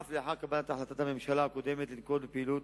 אף לאחר קבלת החלטת הממשלה הקודמת, לנקוט פעילות